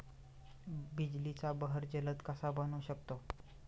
बिजलीचा बहर जलद कसा बनवू शकतो?